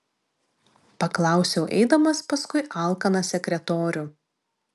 paklausiau eidamas paskui alkaną sekretorių